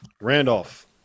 Randolph